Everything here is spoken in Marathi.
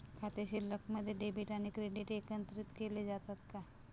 खाते शिल्लकमध्ये डेबिट आणि क्रेडिट एकत्रित केले जातात का?